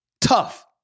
tough